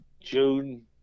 June